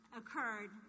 occurred